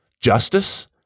justice